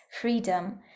freedom